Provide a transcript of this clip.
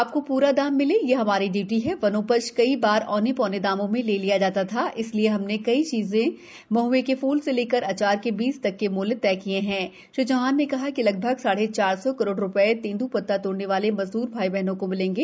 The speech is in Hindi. आपको पूरा दाम मिले ये हमारी ड्यूटी है वनोपज कई बार औने पौने दाम में ले लिया जाता था इसलिए हमने कई चीजों महए के फूल से लेकर अचार के बीज तक के मूल्य तय कर दिए है श्री चौहान ने कहा कि लगभग साढ़े चार सौ करोड़ रु तेंद्रपत्ता तोड़ने वाले मजदूर भाई बहनों को मिलेंगे